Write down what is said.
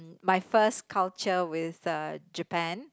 my first culture with the Japan